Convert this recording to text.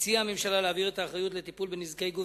הציעה הממשלה להעביר את האחריות לטיפול בנזקי גוף